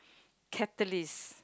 catalyst